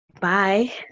Bye